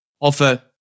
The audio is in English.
offer